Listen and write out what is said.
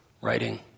writing